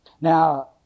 Now